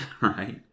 right